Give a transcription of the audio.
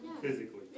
Physically